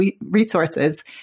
resources